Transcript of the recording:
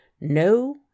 No